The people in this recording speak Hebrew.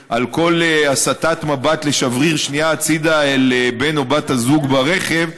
דוח על הסטת מבט לשבריר שנייה הצידה אל בן או בת הזוג ברכב,